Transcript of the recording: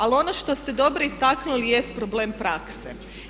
Ali ono što ste dobro istaknuli jest problem prakse.